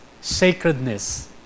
sacredness